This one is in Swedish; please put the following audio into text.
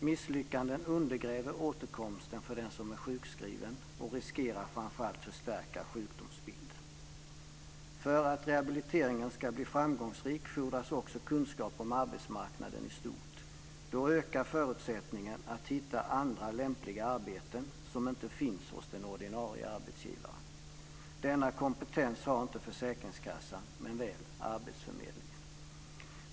Misslyckanden undergräver återkomsten för den som är sjukskriven och riskerar framför allt att förstärka sjukdomsbilden. För att rehabiliteringen ska bli framgångsrik fordras också kunskap om arbetsmarknaden i stort. Då ökar förutsättningen att hitta andra lämpliga arbeten som inte finns hos den ordinarie arbetsgivaren. Denna kompetens har inte försäkringskassan men väl arbetsförmedlingen.